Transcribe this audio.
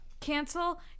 Cancel